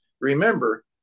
remember